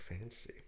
fancy